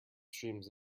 streams